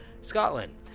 Scotland